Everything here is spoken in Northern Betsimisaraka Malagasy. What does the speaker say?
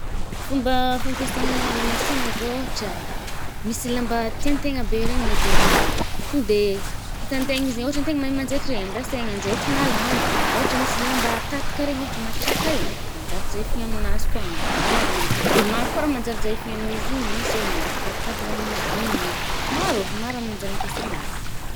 Fomba fampiasagna lamasigna zao, ôhatra misy lamba tiàntegna be regny môdel’ny lamba i,to de itantegna izy e, ôhatra antegna mahe manjetra zay, ampiasaigna anjefôgna lamba. Ôhatra misy lamba tatka regny, ôhatra matriàka regny, manjary jefogna aminazy koà, amboàrigny i,de maro koà raha manjary jaifogno aminazy igny, misy olo mandraitra cartable amin’izy igny ih, maro, maro raha manjary ampiasegny azy.